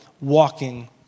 walking